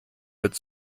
wird